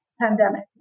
pandemic